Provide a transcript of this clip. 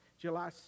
July